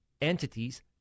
entities